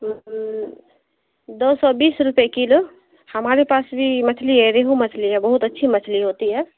دو سو بیس روپئے کلو ہمارے پاس بھی مچھلی ہے ریہو مچھلی ہے بہت اچھی مچھلی ہوتی ہے